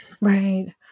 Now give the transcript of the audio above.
Right